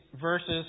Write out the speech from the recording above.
verses